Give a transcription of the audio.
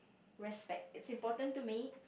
respect it's important to me